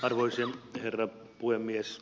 arvoisin herra puhemies